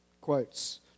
quotes